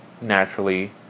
naturally